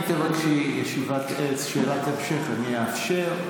אם תבקשי שאלת המשך אני אאפשר.